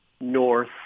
north